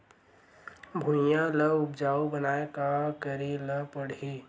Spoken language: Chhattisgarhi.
भुइयां ल उपजाऊ बनाये का करे ल पड़ही?